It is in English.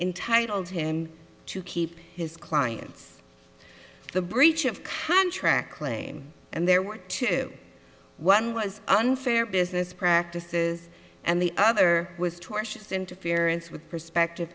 entitle him to keep his clients the breach of contract claim and there were two one was unfair business practices and the other was tortious interference with perspective